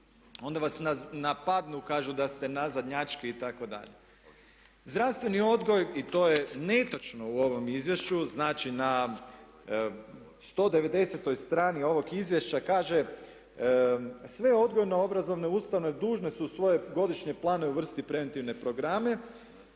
Onda vas napadnu, kažu da ste nazadnjački itd. Zdravstveni odgoj, i to je netočno u ovom izvješću, znači na 190. strani ovog izvješća kaže "Sve odgojno-obrazovne ustanove dužne su u svoje godišnje planove uvrstiti preventivne programe.